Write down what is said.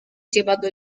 llevado